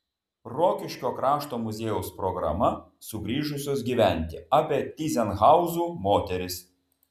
rokiškio krašto muziejaus programa sugrįžusios gyventi apie tyzenhauzų moteris